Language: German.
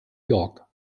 york